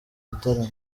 gitaramo